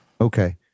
Okay